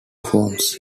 forms